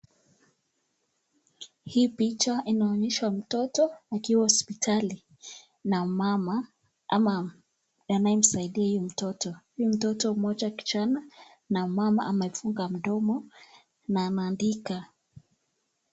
Hii picha inaonyesha mtoto akiwa hospitali na mama anayesaidia mtoto, huyu Mmoja kijana na mama amemfunga mdomo na ameandika.